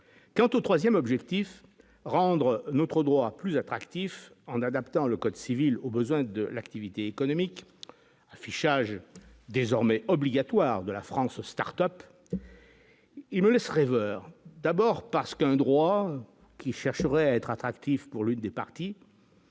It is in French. quant au 3ème objectif : rendre notre droit plus attractif en adaptant le code civil aux besoins de l'activité économique affichage désormais obligatoire de la France aux Start-Up et me laisse rêveur d'abord parce qu'un droit qui devrait être attractif pour l'une des parties.